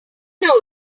know